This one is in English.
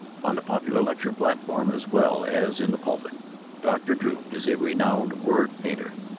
on the popular lecture platform as well as in the pulpit dr. drew is a renowned word-painter,